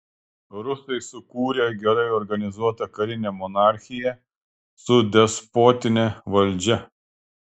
rusai sukūrė gerai organizuotą karinę monarchiją su despotine valdžia